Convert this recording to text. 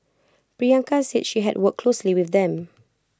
Priyanka said she had worked closely with them